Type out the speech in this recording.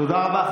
תודה רבה.